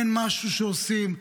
אין משהו שעושים.